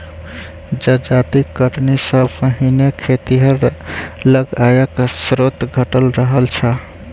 जजाति कटनी सॅ पहिने खेतिहर लग आयक स्रोत घटल रहल छै